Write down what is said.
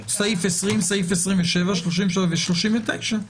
סעיפים 20, 27, 33 ו-39.